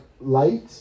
light